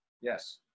Yes